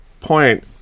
point